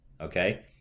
okay